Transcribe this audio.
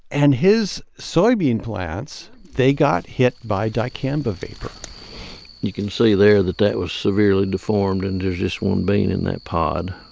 and his soybean plants, they got hit by dicamba vapor you can see there that that was severely deformed, and there's just one bean in that pod,